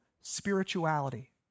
spirituality